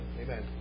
Amen